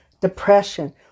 Depression